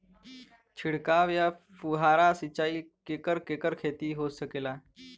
छिड़काव या फुहारा सिंचाई से केकर केकर खेती हो सकेला?